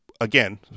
again